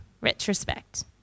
retrospect